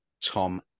Tom